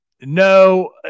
No